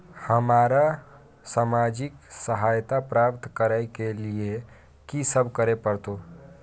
हमरा सामाजिक सहायता प्राप्त करय के लिए की सब करे परतै?